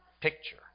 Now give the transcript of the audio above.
picture